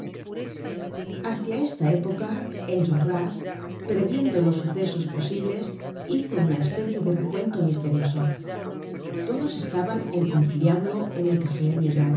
hacia esta época enjolras previendo los sucesos posibles hizo una especie de recuento misterioso todos estaban en conciliábulo en el cafó